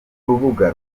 rubuga